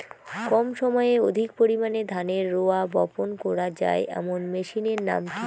কম সময়ে অধিক পরিমাণে ধানের রোয়া বপন করা য়ায় এমন মেশিনের নাম কি?